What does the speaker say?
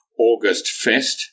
augustfest